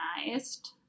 organized